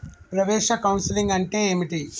ప్రవేశ కౌన్సెలింగ్ అంటే ఏమిటి?